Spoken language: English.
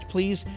Please